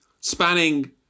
Spanning